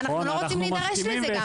ואנחנו לא רוצים להידרש לזה גם.